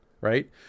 right